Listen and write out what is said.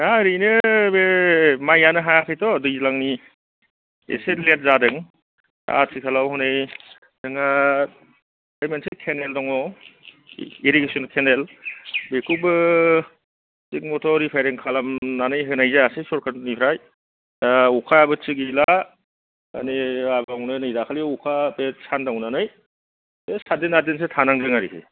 दा ओरैनो बे माइआनो हायाखै थ' दैज्लांनि एसे लेथ जादों आथिखालाव हनै नोङो बे मोनसे सेनेल दङ' इरिगेसन केनेल बेखौबो थिग मथन रिफायरिं खालामनानै होनाय जायासै सरखारनिफ्राइ दा अखा आबो थिग गैला मानि बे अखा सानदाव नानै ओद सारदिन आददिनसो थानांदों आरोखि